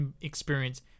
experience